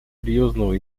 серьезного